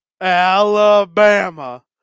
Alabama